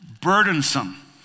burdensome